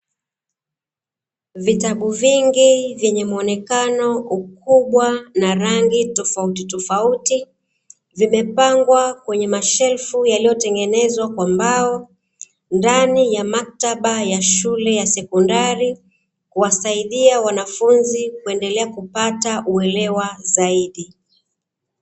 Vitabu vingi vyenye muonekano mkubwa na rangi tofauti tofauti, vimepangwa kwenye mashelfu yaliyotengenezwa kwa mbao, ndani kuna maktaba ya shule ya sekondari kuwasaidia wanafunzi kuendelea kupata uelewa zaidi.